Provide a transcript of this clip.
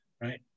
right